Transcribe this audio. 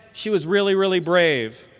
she was really, really brave.